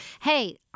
Hey